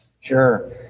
Sure